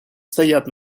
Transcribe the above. стоят